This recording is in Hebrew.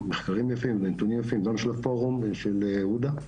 מחקרים יפים ונתונים יפים גם של הפורום של עודה,